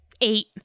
eight